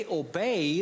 obey